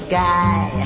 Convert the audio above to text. guy